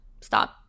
stop